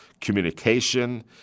communication –